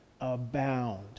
abound